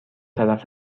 طرف